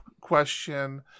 question